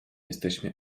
jesteśmy